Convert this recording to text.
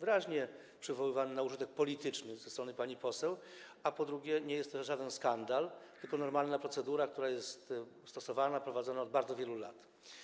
wyraźnie przywoływany na użytek polityczny ze strony pani poseł, a po drugie, nie jest to żaden skandal, tylko normalna procedura, która jest stosowana, prowadzona od bardzo wielu lat.